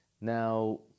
Now